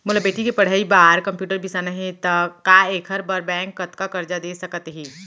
मोला बेटी के पढ़ई बार कम्प्यूटर बिसाना हे त का एखर बर बैंक कतका करजा दे सकत हे?